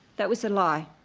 that was a lie.